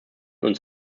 uns